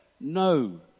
No